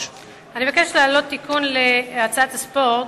מבקשת להעלות תיקון להצעת חוק הספורט,